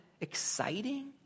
exciting